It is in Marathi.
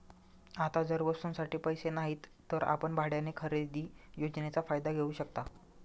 आता जर वस्तूंसाठी पैसे नाहीत तर आपण भाड्याने खरेदी योजनेचा फायदा घेऊ शकता